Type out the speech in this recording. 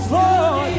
Lord